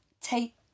take